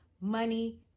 money